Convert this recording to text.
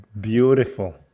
beautiful